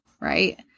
Right